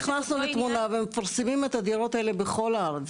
אנחנו נכנסנו לתמונה ומפרסמים את הדירות האלה בכל הארץ,